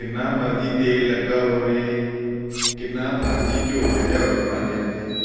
ਕਿੰਨਾ ਮਰਜ਼ੀ ਤੇਲ ਲੱਗਾ ਹੋਵੇ ਕਿੰਨਾ ਮਰਜ਼ੀ ਘਿਓ ਲੱਗਿਆ ਹੋਵੇ ਭਾਂਡਿਆਂ 'ਤੇ